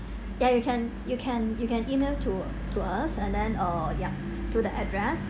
ya you can you can you can email to to us and then uh yup to the address